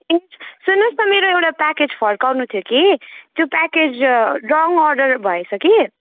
सुन्नुहोस् न मेरो एउटा प्याकेज फर्काउनु थियो कि त्यो प्याकेज रङ अर्डर भएछ कि